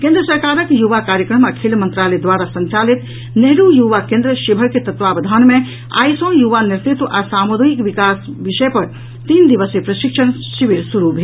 केन्द्र सरकारक युवा कार्यक्रम आ खेल मंत्रालय द्वारा संचालित नेहरू युवा केन्द्र शिवहर के तत्वावधान मे आइ सॅ युवा नेतृत्व आ सामुदायिक विकास विषय पर तीन दिवसीय प्रशिक्षण शिविर शुरू भेल